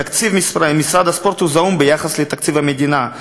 תקציב משרד הספורט הוא זעום ביחס לתקציב המדינה,